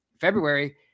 february